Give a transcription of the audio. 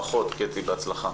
ברכות, קטי, בהצלחה.